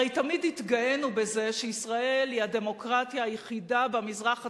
הרי תמיד התגאינו בזה שישראל היא הדמוקרטיה היחידה במזרח התיכון,